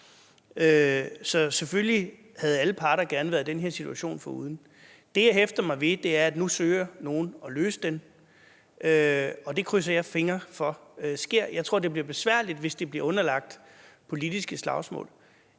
Så selvfølgelig havde alle parter gerne været den her situation foruden. Det, jeg hæfter mig ved, er, at nu søger nogle at løse den, og det krydser jeg fingre for sker. Jeg tror, det bliver besværligt, hvis det bliver underlagt politiske slagsmål.